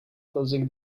closing